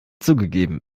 zugegeben